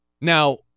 Now